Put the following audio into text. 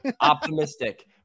Optimistic